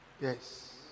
yes